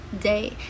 day